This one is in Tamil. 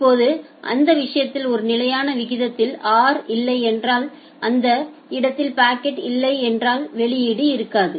இப்போது அந்த விஷயத்தில் ஒரு நிலையான விகிதத்தில் r இல்லை என்றால் அந்த இடத்தில் பாக்கெட் இல்லை என்றால் வெளியீடு இருக்காது